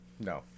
no